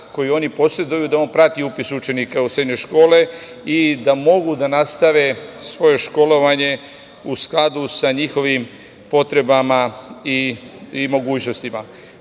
koji oni poseduju prati upis učenika u srednje škole i da mogu da nastave svoje školovanje u skladu sa njihovim potrebama i mogućnostima. Postoji